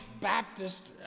Baptist